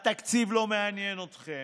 התקציב לא מעניין אתכם.